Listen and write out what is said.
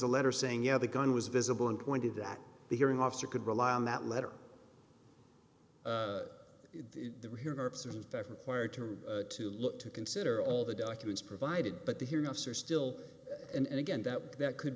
a letter saying yeah the gun was visible and going to that the hearing officer could rely on that letter they were here to look to consider all the documents provided but the hearing officer still and again that that could